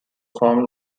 formed